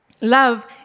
Love